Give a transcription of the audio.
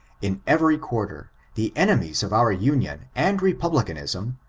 in every quarter, the enemies of our union, and repub licanism,